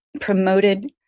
promoted